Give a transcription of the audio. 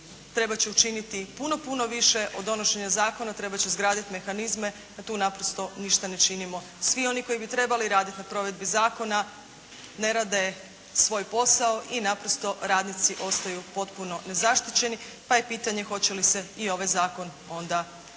trebat će učiniti puno više od donošenja zakona, trebat će izgraditi mehanizme a tu naprosto ništa ne činimo. Svi oni koji bi trebali raditi na provedbi zakona ne rade svoj posao i naprosto radnici ostaju potpuno nezaštićeni pa je pitanje hoće li se i ovaj zakon onda provesti